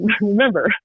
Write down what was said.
remember